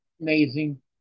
Amazing